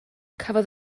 cafodd